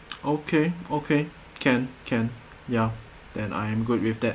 okay okay can can ya then I am good with that